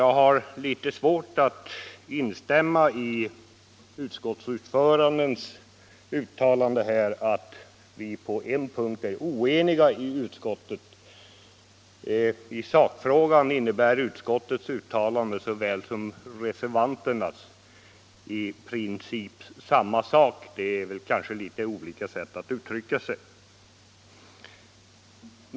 Jag har litet svårt att instämma med utskottsordföranden när han säger att vi på en punkt är oeniga inom utskottet. I sakfrågan innebär såväl utskottets som reservanternas uttalande i princip samma sak. Man har bara olika sätt att uttrycka sig på.